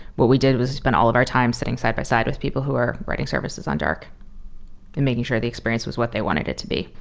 what we did was spend all of our time sitting side-by-side with people who are writing services on dark and making sure the experience was what they wanted it be.